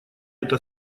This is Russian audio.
это